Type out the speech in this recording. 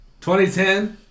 2010